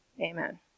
Amen